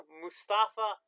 Mustafa